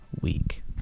week